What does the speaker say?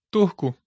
Turco